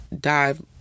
dive